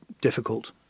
difficult